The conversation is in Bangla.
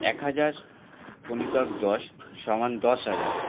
এক হাজার গুণিতক দশ সমান দশ হাজার